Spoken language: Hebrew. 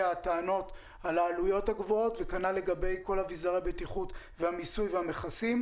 הטענות על העלויות הגבוהות וכנ"ל לגבי כל אביזרי הבטיחות והמיסוי והמכסים.